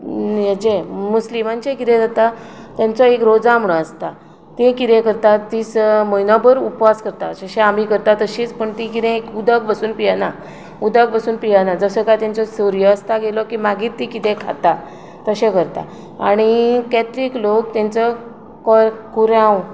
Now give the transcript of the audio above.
हाजें मुस्लिमांचें कितें जाता तांचो एक रोजा म्हणून आसता ते कितें करतात तीं स म्हयनोभर उपवास करता अशें जशें आमी करता तशींच पूण तीं कितें उदक पासून पियेना उदक पासून पियेना जसो काय तांचो सूर्य अस्ताक आयलो की मागीर तीं कितें खाता तशें करता आनी कॅथलीक लोक तांचो कॉ कुरांव